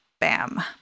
bam